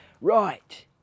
Right